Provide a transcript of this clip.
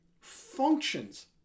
functions